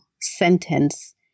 sentence